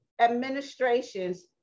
administrations